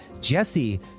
Jesse